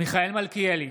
מיכאל מלכיאלי,